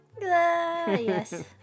Yes